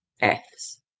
Fs